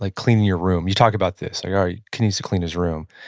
like clean your room. you talked about this. like, all right. kid needs to clean his room,